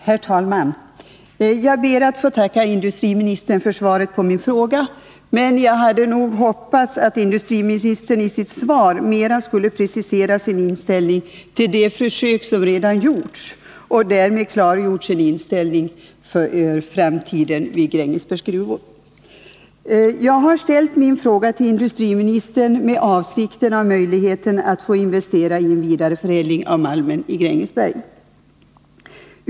Herr talman! Jag ber att få tacka industriministern för svaret på min fråga, men jag hade hoppats att industriministern i sitt svar mera skulle ha preciserat sin inställning till de försök som redan gjorts och därmed ha klargjort sin inställning till Grängesbergs gruvors framtid. Jag har ställt min fråga till industriministern i avsikt att få industriministerns syn på möjligheterna att investera i en vidareförädling av malmen i Grängesberg.